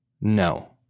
No